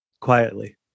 quietly